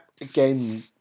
again